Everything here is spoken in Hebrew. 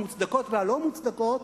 המוצדקות והלא-מוצדקות,